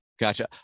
Gotcha